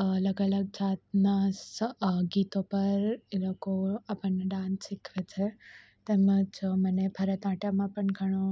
અલગ અલગ જાતના ગીતો પર એ લોકો આપણને ડાન્સ શીખવે છે તેમજ મને ભરત નાટ્યમમાં પણ ઘણો